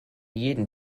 jeden